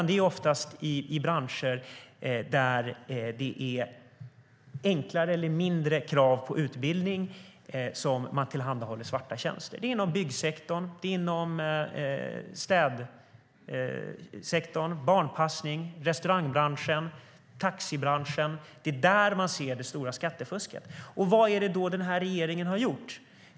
Det är oftast i branscher där det är enklare eller mindre krav på utbildning man tillhandahåller svarta tjänster. Det är inom byggsektorn, städsektorn, barnpassning, restaurangbranschen eller taxibranschen. Det är där man ser det stora skattefusket. Vad är det då regeringen har gjort?